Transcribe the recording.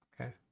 Okay